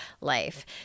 life